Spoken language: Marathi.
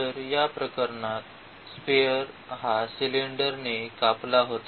तर या प्रकरणात स्पिअर हा सिलेंडर ने कापला होता